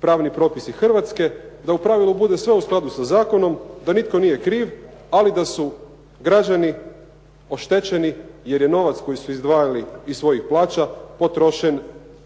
pravni propisi Hrvatske, da u pravilu bude sve u skladu sa zakonom, da nitko nije kriv, ali da su građani oštećeni jer je novac koji su izdvajali iz svojih plaća potrošen ne